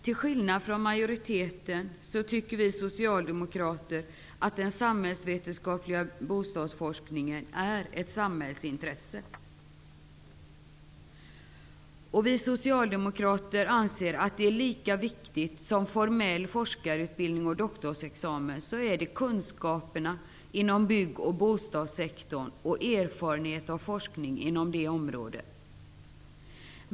Till skillnad från majoriteten anser vi socialdemokrater att den samhällsvetenskapliga bostadsforskningen är ett samhällsintresse. Vi socialdemokrater anser att lika viktiga som formell forskarutbildning och doktorsexamen är kunskaperna inom bygg och bostadssektorn och erfarenheter av forskning inom det området.